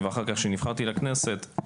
ואחר כך, כשנבחרתי לכנסת,